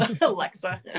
Alexa